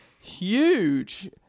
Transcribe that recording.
huge